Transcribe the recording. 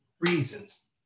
reasons